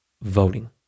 Voting